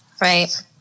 Right